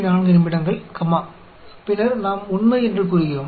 4 நிமிடங்கள் கமா பின்னர் நாம் உண்மை என்று கூறுகிறோம்